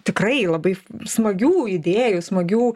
tikrai labai smagių idėjų smagių